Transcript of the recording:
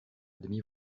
demi